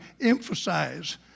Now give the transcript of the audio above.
emphasize